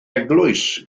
eglwys